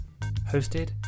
hosted